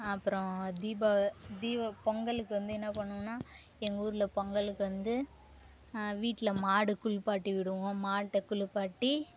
அப்புறம் தீபா தீவா பொங்கலுக்கு வந்து என்ன பண்ணுவோன்னா எங்கூர்ல பொங்கலுக்கு வந்து வீட்டில மாடு குளிப்பாட்டி விடுவோம் மாட்டை குளிப்பாட்டி